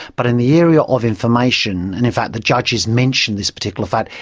but in the area of information, and in fact the judges mention this particular fact,